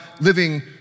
living